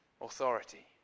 authority